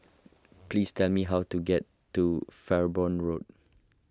please tell me how to get to Farnborough Road